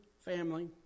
family